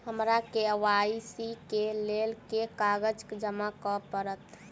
हमरा के.वाई.सी केँ लेल केँ कागज जमा करऽ पड़त?